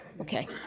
Okay